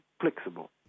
flexible